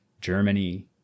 Germany